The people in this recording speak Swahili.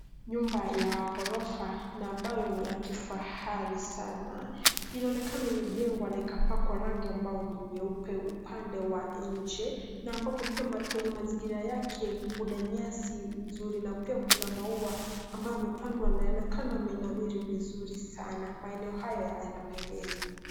Nyumba ya gorofa na ambayo ni ya kifahari sana inaonekana imejengwa na ikapakwa rangi ambao ni nyeupe upande wa nje na ambapo pia ma- kwenye mazingira yake kuna nyasi nzuri na pia kuna maua ambayo yamepandwa na yanakaa yamenawiri vizuri sana. Maeneo haya yanapendeza.